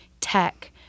Tech